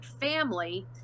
family